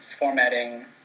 formatting